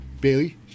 Bailey